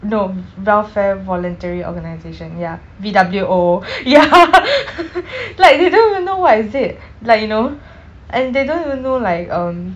no welfare voluntary organisation ya V_W_O ya like they don't even know what is it like you know and they don't even know like um